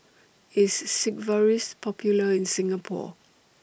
IS Sigvaris Popular in Singapore